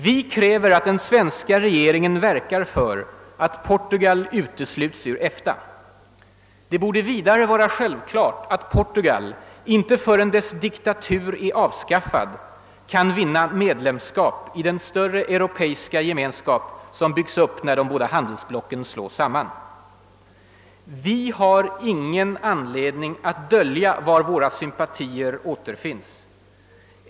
Vi kräver att den svenska regeringen verkar för att Portugal utesluts ur EFTA. Det borde vidare vara självklart att Portugal inte förrän dess diktatur är avskaffad kan vinna medlemskap i den större europeiska gemenskap som byggs upp när de båda handelsblocken slås samman. Vi har ingen anledning att dölja var våra sympatier återfinns.